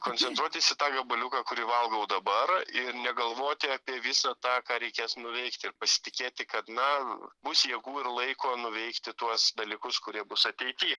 koncentruotis į tą gabaliuką kurį valgau dabar ir negalvoti apie visą tą ką reikės nuveikti ir pasitikėti kad na bus jėgų ir laiko nuveikti tuos dalykus kurie bus ateity